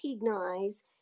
recognize